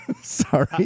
Sorry